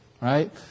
right